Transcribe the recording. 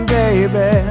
baby